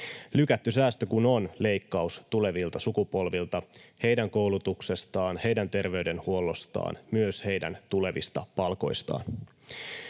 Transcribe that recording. Lykätty säästö kun on leikkaus tulevilta sukupolvilta, heidän koulutuksestaan, heidän terveydenhuollostaan, myös heidän tulevista palkoistaan.